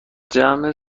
جمع